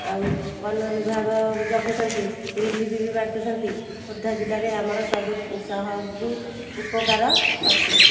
ଆଉ ବନ ବିଭାଗ ଜଗୁଛନ୍ତି ରିଲିଫ୍ ବି ବାଣ୍ଟୁଛନ୍ତି ଖୋର୍ଦ୍ଧା ଜିଲ୍ଲାରେ ଆମର ସବୁ ସବୁ ଉପକାର ଅଛି